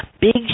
big